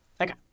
Okay